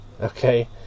okay